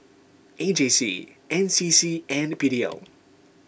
A J C N C C and P D L